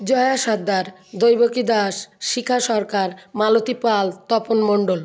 Jaya Sardar Daibaki Das Shikha Sarkar Malati Pal Tapan Mondal